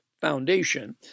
foundation